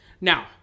now